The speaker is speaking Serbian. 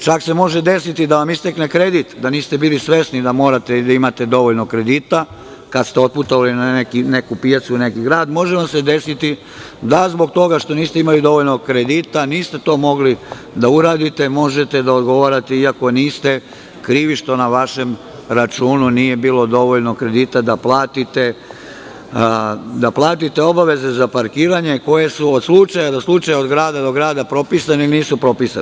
Čak se može desiti da vam istekne kredit, da niste bili svesni da morate da imate dovoljno kredita, kad ste otputovali na neku pijacu ili neki grad, može vam se desiti da zbog toga što niste imali dovoljno kredita, niste to mogli da uradite, možete da odgovarate, i ako niste krivi, što na vašem računu nije bilo dovoljno kredita da platite obaveze za parkiranje koje su od slučaja do slučaja, od grada do grada, propisane ili nisu propisane.